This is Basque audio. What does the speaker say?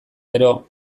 gero